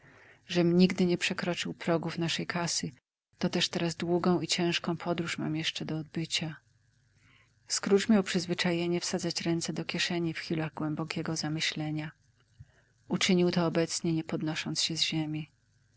żem nigdy nie przekroczył progów naszej kasy to też teraz długą i ciężką podróż mam jeszcze do odbycia scrooge miał przyzwyczajenie wsadzać ręce do kieszeni w chwilach głębokiego zamyślenia uczynił to obecnie nie podnosząc się z ziemi